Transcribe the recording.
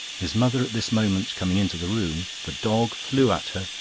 his mother at this moment coming into the room, the dog flew at her,